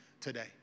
today